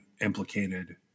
implicated